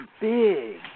big